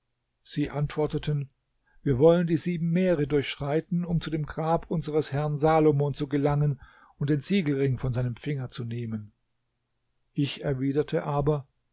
sie antworteten wir wollen die sieben meere durchschreiten um zu dem grab unseres herrn salomon zu gelangen und den siegelring von seinem finger zu nehmen ich erwiderte aber